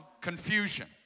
confusion